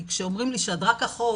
כי כשאומרים לי ש'את רק אחות'